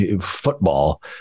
football